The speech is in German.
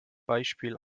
beispiel